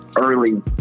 early